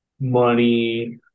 money